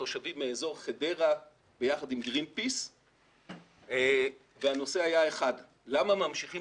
תושבים מאזור חדרה ביחד עם גרינפיס והנושא היה אחד: למה ממשיכים